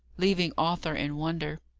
leaving arthur in wonder.